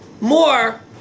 more